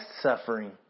suffering